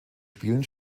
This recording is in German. spielen